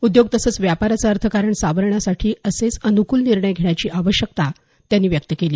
उद्योग तसंच व्यापाराचं अर्थकारण सावरण्यासाठी असेच अनुकूल निर्णय घेण्याची आवश्यकता त्यांनी व्यक्त केली